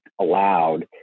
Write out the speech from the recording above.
allowed